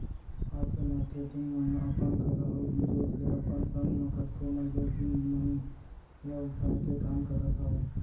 आज के मारकेटिंग मन ह अपन कला अउ बिबेक ले अपन संग म कतको माईलोगिन मन ल उठाय के काम करत हावय